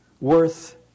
worth